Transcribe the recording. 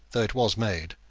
though it was made,